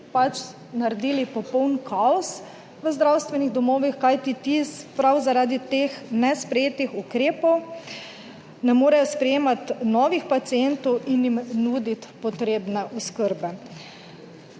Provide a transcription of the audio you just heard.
pač naredili popoln kaos v zdravstvenih domovih, kajti ti prav zaradi teh nesprejetih ukrepov ne morejo sprejemati novih pacientov in jim nuditi potrebne oskrbe.